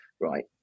right